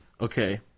Okay